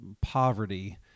poverty